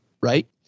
right